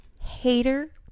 hater